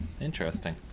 interesting